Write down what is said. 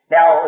Now